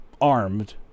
armed